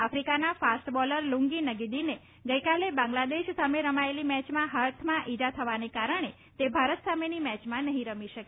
આફિકાના fast bowler Lungi નગીદીને ગઈકાલે બાંગ્લાદેશ સામે રમાયેલી મેચમાં હાથમાં ઈજા થવાને કારણે તે ભારત સામેની મેચમાં નહીં રમી શકે